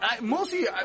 Mostly